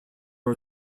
are